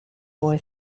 boy